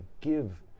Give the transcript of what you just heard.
give